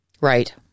Right